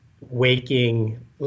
waking